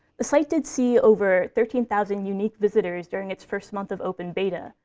the site did see over thirteen thousand unique visitors during its first month of open beta,